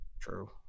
True